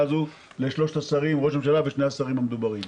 הזו לראש הממשלה ושני השרים המדוברים.